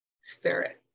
spirit